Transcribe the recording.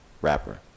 Rapper